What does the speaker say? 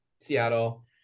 Seattle